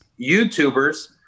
YouTubers